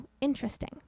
interesting